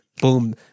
boom